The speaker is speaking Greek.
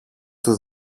του